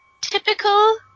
typical